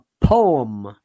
poem